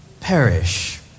perish